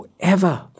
forever